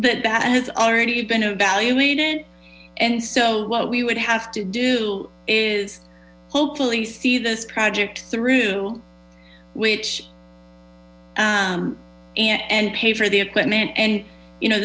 that that has already been evaluated and so what we would have to do is hopefully see this project through which and pay for the equipment and you know